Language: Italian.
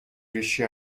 riuscì